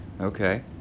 okay